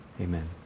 Amen